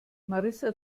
marissa